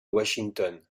washington